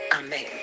amen